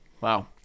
Wow